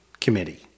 committee